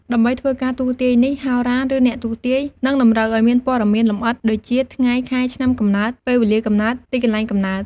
ដើម្បីធ្វើការទស្សន៍ទាយនេះ ហោរា ឬអ្នកទស្សន៍ទាយ នឹងតម្រូវឱ្យមានព័ត៌មានលម្អិតដូចជា ថ្ងៃ ខែ ឆ្នាំ កំណើត ពេលវេលាកំណើត ទីកន្លែងកំណើត។